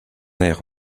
aire